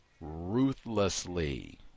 ruthlessly